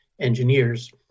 engineers